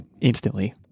instantly